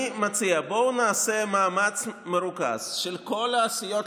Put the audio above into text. אני מציע שנעשה מאמץ מרוכז של כל הסיעות,